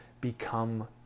become